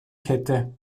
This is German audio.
kette